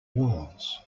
walls